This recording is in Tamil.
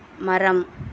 மரம்